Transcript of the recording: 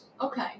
Okay